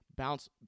bounce